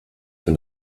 für